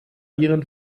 ihren